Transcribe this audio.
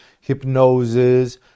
hypnosis